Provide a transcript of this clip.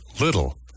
little